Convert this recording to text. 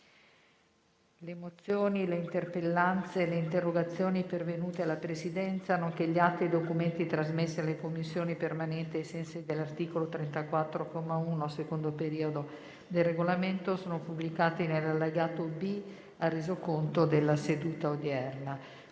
Le mozioni, le interpellanze e le interrogazioni pervenute alla Presidenza, nonché gli atti e i documenti trasmessi alle Commissioni permanenti ai sensi dell'articolo 34, comma 1, secondo periodo, del Regolamento sono pubblicati nell'allegato B al Resoconto della seduta odierna.